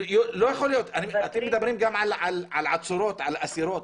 אתם מדברים גם על עצורות, על אסירות,